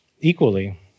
equally